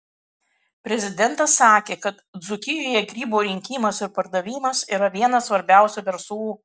prezidentas sakė kad dzūkijoje grybų rinkimas ir pardavimas yra vienas svarbiausių verslų